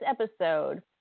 episode